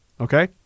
Okay